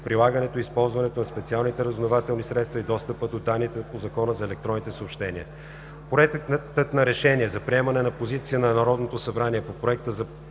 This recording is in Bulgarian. прилагането и използването на специалните разузнавателни средства и достъпа до данните по Закона за електронните съобщения.